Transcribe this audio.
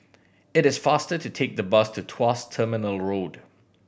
it is faster to take the bus to Tuas Terminal Road